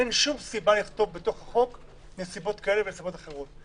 אין שום סיבה לכתוב בחוק נסיבות כאלה ונסיבות אחרות.